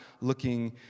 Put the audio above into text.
looking